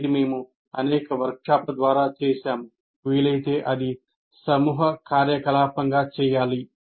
ఇది మేము అనేక వర్క్షాప్ల ద్వారా చే సాము వీలైతే అది సమూహ కార్యకలాపం గా చేయాలి